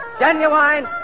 genuine